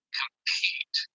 compete